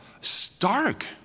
stark